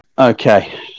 okay